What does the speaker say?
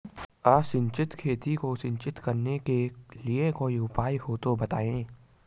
असिंचित खेती को सिंचित करने के लिए कोई उपाय हो तो बताएं?